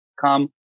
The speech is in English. come